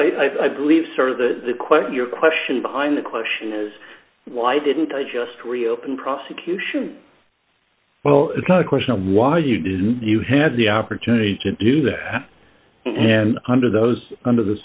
exactly i believe sort of the question your question behind the question is why didn't i just reopen prosecution well it's not a question of why you didn't you had the opportunity to do that and under those under th